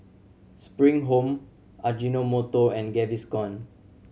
Spring Home Ajinomoto and Gaviscon